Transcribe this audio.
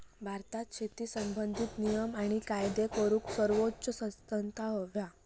भारतात शेती संबंधित नियम आणि कायदे करूक सर्वोच्च संस्था हा